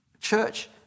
church